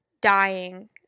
dying